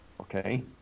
Okay